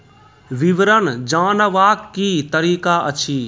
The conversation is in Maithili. विवरण जानवाक की तरीका अछि?